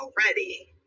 already